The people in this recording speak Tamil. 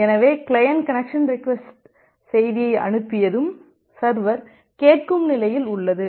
எனவே கிளையன்ட் கனெக்சன் ரெக்வஸ்ட் செய்தியை அனுப்பியதும் சர்வர் கேட்கும் நிலையில் உள்ளது